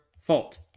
fault